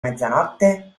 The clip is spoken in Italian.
mezzanotte